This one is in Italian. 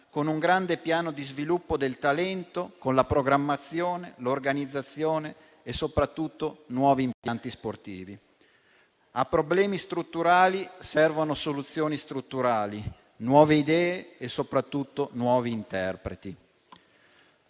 con un grande piano di sviluppo del talento, con la programmazione, l'organizzazione e soprattutto nuovi impianti sportivi. A problemi strutturali servono soluzioni strutturali, nuove idee e soprattutto nuovi interpreti.